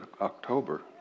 October